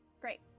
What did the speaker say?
Great